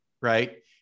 Right